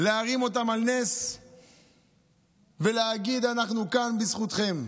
להרים אותם על נס ולהגיד: אנחנו כאן בזכותכם,